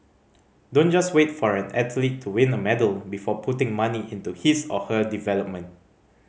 don't just wait for an athlete to win a medal before putting money into his or her development